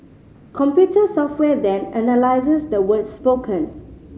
computer software then analyses the words spoken